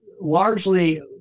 largely